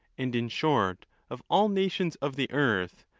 and in short of all nations of the earth,